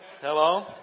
Hello